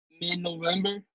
mid-November